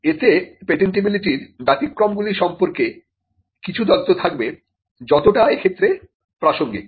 এতে পেটেন্টিবিলিটির ব্যতিক্রমগুলি সম্পর্কে কিছু তথ্য থাকবে যতটা এক্ষেত্রে প্রাসঙ্গিক